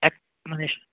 এক মানে